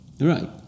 Right